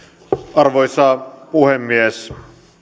arvoisa puhemies